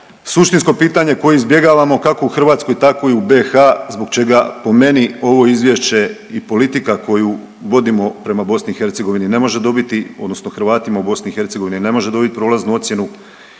Suštinsko pitanje koje izbjegavamo kako u Hrvatskoj tako i u BiH zbog čega po meni ovo izvješće i politika koju vodimo prema BiH ne može dobiti, odnosno Hrvatima u BiH ne može dobiti prolaznu ocjenu